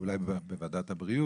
אולי בוועדת הבריאות,